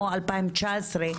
או 2019,